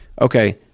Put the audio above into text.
okay